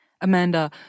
amanda